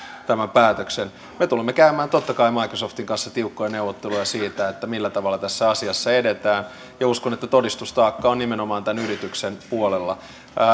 tämän päätöksen me tulemme käymään totta kai microsoftin kanssa tiukkoja neuvotteluja siitä millä tavalla tässä asiassa edetään ja uskon että todistustaakka on nimenomaan tämän yrityksen puolella